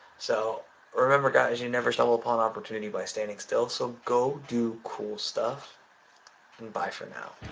so remember guys you never stumble upon opportunity bystanding still so go do cool stuff and bye for now.